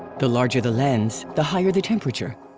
the larger the lens, the higher the temperature.